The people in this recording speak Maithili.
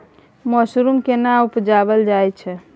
मसरूम केना उबजाबल जाय छै?